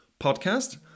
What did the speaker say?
podcast